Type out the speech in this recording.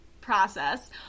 process